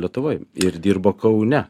lietuvoj ir dirbo kaune